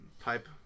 Pipe